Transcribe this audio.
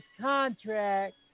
contract